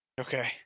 Okay